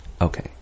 Okay